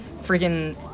freaking